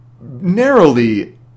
narrowly